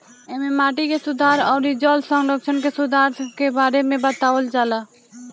एमे माटी के सुधार अउरी जल संरक्षण के सुधार के बारे में बतावल जाला